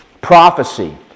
prophecy